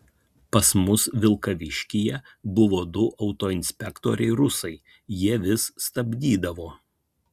pas mus vilkaviškyje buvo du autoinspektoriai rusai jie vis stabdydavo